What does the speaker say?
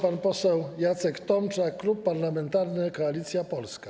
Pan poseł Jacek Tomczak, Klub Parlamentarny Koalicja Polska.